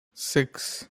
six